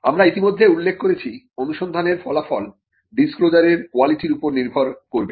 আমরা ইতিমধ্যে উল্লেখ করেছি অনুসন্ধানের ফলাফল ডিসক্লোজারের কোয়ালিটির উপর নির্ভর করবে